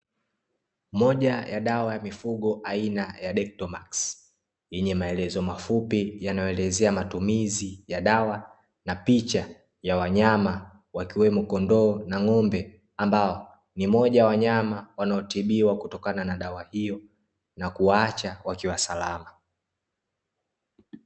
Moja ya dawa ya mifugo aina ya DEKTOMAX yenye maelezo mafupi yanayoelezea matumizi ya dawa na picha ya wanyama wakiwemo kondoo na ng'ombe ambao ni moja ya wanyama wanaotibiwa kutokana na dawa hiyo na kuwaacha wakiwa salama.